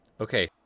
Okay